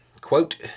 quote